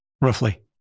roughly